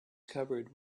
covered